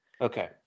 okay